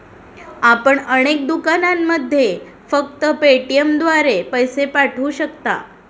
आपण अनेक दुकानांमध्ये फक्त पेटीएमद्वारे पैसे पाठवू शकता